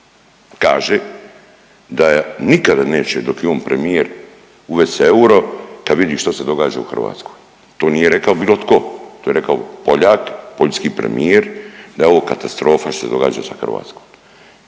kaže da nikada neće dok je on premijer uvest se euro kad vidi što se događa u Hrvatskoj. To nije rekao bilo tko, to je rekao Poljak, poljski premijer da je ovo katastrofa što se događa sa Hrvatskom.